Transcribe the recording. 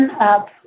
up